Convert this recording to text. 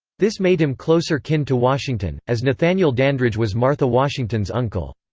this made him closer kin to washington, as nathaniel dandridge was martha washington's uncle.